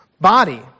body